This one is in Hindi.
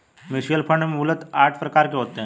म्यूच्यूअल फण्ड मूलतः आठ प्रकार के होते हैं